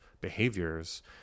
behaviors